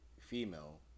female